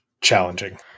challenging